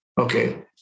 Okay